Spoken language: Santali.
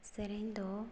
ᱥᱮᱨᱮᱧ ᱫᱚ